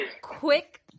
Quick